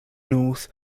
north